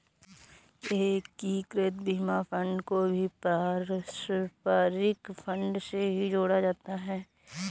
एकीकृत बीमा फंड को भी पारस्परिक फंड से ही जोड़ा जाता रहा है